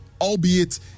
Albeit